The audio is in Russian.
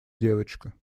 девочка